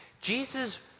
Jesus